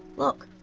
look,